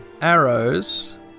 arrows